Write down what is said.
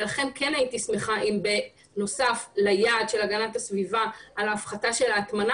לכן כן הייתי שמחה אם בנוסף ליעד של הגנת הסביבה על ההפחתה של ההטמנה,